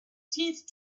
teeth